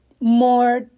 more